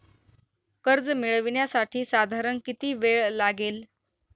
कर्ज मिळविण्यासाठी साधारण किती वेळ लागेल?